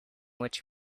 which